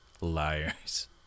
Liars